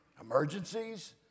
Emergencies